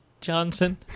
Johnson